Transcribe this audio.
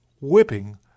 whipping